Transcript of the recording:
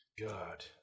God